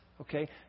Okay